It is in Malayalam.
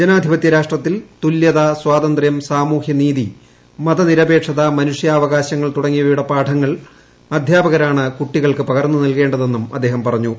ജനാധിപത്യ രാഷ്ട്രത്തിൽ തുല്യതാ സ്വാതന്ത്ര്യം സാമൂഹ്യനീതി മതിനിരപേക്ഷത മനുഷ്യാവകാശങ്ങൾ തുടങ്ങിയവയുടെ പാഠങ്ങൾ അധ്യാപകരാണ് കുട്ടികൾക്ക് പകർന്നു നൽകേണ്ടതെന്നും അദ്ദേഹം പറഞ്ഞു